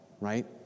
right